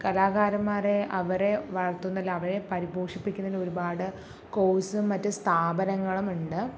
കലാകാരന്മാരെ അവരെ വളർത്തുന്നില്ല അവരെ പരിപോഷിപ്പിക്കുന്നതിന് ഒരുപാട് കോഴ്സും മറ്റു സ്ഥാപനങ്ങളും ഉണ്ട്